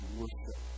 worship